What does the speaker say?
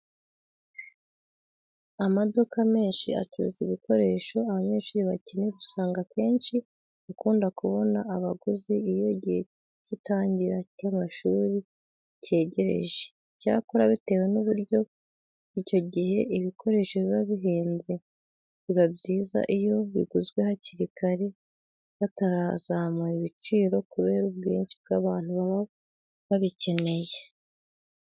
Amaduka menshi acuruza ibikoresho abanyeshuri bakenera usanga akenshi akunda kubona abaguzi iyo igihe cy'itangira ry'amashuri cyegereje. Icyakora bitewe n'uburyo icyo gihe ibikoresho biba bihenze, biba byiza iyo biguzwe hakiri kare batarazamura ibiciro kubera ubwinshi by'abantu baba babikeneye.